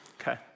okay